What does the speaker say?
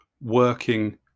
working